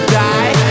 die